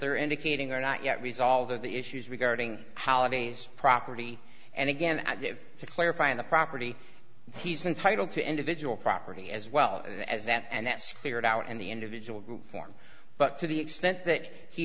they are indicating are not yet resolve the issues regarding holidays property and again i give to clarify on the property he's entitled to individual property as well as that and that's figured out and the individual group form but to the extent that he